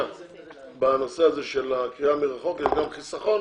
הוצאה בנושא הזה של קריאה מרחוק, יש גם חיסכון